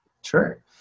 Sure